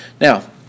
Now